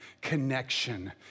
connection